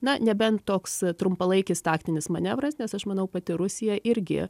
na nebent toks trumpalaikis taktinis manevras nes aš manau pati rusija irgi